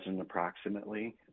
approximately